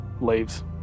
leaves